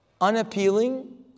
unappealing